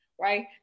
Right